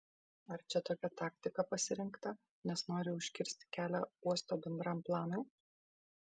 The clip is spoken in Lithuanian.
ar čia tokia taktika pasirinkta nes nori užkirsti kelią uosto bendram planui